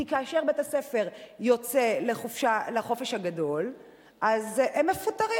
כי כאשר בית-הספר יוצא לחופשה הגדולה הם מפוטרים,